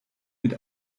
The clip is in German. mit